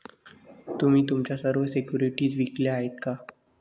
तुम्ही तुमच्या सर्व सिक्युरिटीज विकल्या आहेत का?